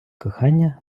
кохання